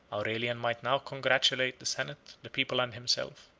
aurelian might now congratulate the senate, the people, and himself,